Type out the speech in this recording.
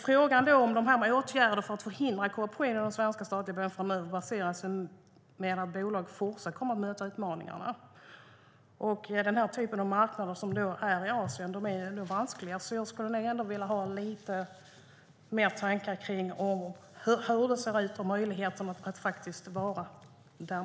Frågan om åtgärder för att förhindra korruption inom svenska statliga bolag framöver besvaras med att bolagen kommer att fortsätta möta utmaningar. Men eftersom marknaderna i Asien är vanskliga skulle jag vilja ha lite fler tankar om hur det ser ut och om möjligheterna att verka där.